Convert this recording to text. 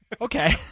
Okay